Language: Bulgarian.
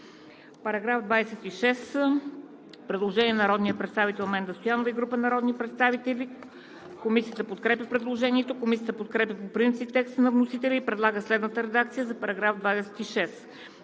По § 26 има предложение на народния представител Менда Стоянова и група народни представители. Комисията подкрепя предложението. Комисията подкрепя по принцип текста на вносителя и предлага следната редакция за § 26: „§ 26.